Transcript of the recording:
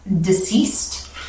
deceased